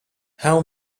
how